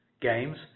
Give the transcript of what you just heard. Games